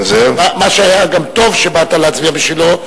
מה שהיה טוב שבאת להצביע בשבילו,